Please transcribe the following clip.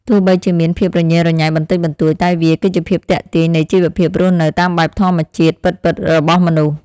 ទោះបីជាមានភាពរញ៉េរញ៉ៃបន្តិចបន្តួចតែវាគឺជាភាពទាក់ទាញនៃជីវភាពរស់នៅតាមបែបធម្មជាតិពិតៗរបស់មនុស្ស។